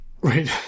Right